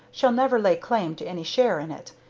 shall never lay claim to any share in it,